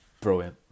Brilliant